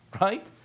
right